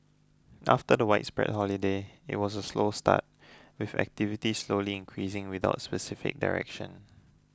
after the widespread holidays it was a slow start with activity slowly increasing without specific direction